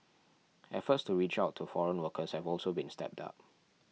efforts to reach out to foreign workers have also been stepped up